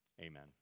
Amen